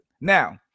Now